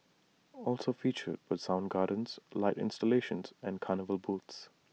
also featured were sound gardens light installations and carnival booths